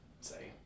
say